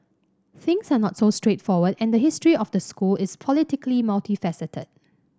things are not so straightforward and the history of the school is politically multifaceted